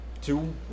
two